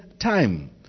time